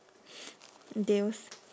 deals